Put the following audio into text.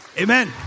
amen